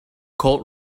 colt